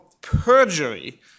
perjury